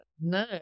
No